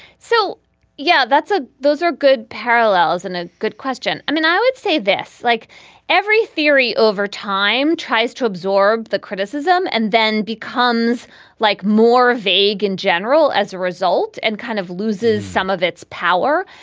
so yeah. that's a. those are good parallels and a good question. i mean, i would say this like every theory over time tries to absorb the criticism and then becomes like more vague in general as a result and kind of loses some of its power.